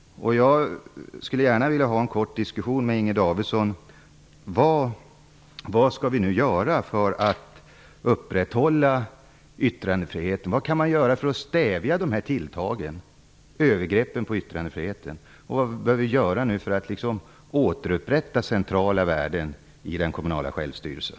Jag skulle gärna vilja ha en kort diskussion med Inger Davidson om vad vi nu skall göra för att upprätthålla yttrandefriheten. Vad kan vi göra för att stävja tilltagen mot och övergreppen på yttrandefriheten? Vad behöver vi nu göra för att återupprätta centrala värden i den kommunala självstyrelsen?